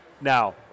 Now